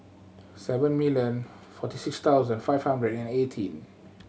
seven million forty six thousand five hundred and eighteen